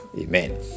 Amen